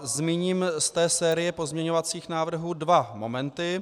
Zmíním z té série pozměňovacích návrhů dva momenty.